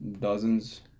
Dozens